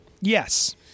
Yes